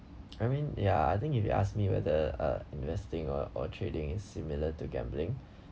I mean ya I think if you ask me whether uh investing or or trading similar to gambling